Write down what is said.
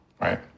right